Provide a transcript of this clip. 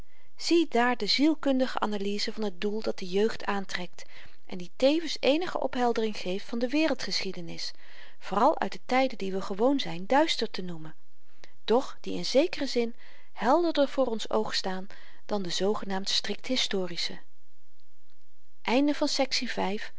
beweging ziedaar de zielkundige analyse van t doel dat de jeugd aantrekt en die tevens eenige opheldering geeft van de wereldgeschiedenis vooral uit de tyden die we gewoon zyn duister te noemen doch die in zekeren zin helderder voor ons oog staan dan de zoogenaamd strikthistorische